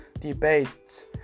debates